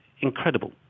incredible